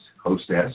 hostess